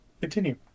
continue